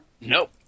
Nope